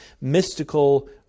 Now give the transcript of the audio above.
mystical